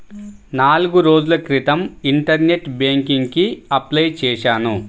నాల్గు రోజుల క్రితం ఇంటర్నెట్ బ్యేంకింగ్ కి అప్లై చేశాను